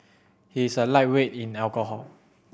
he is a lightweight in alcohol